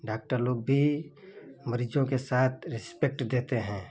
doctor लोग भी मरीज़ों के साथ रेस्पेक्ट देते हैं